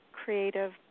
creative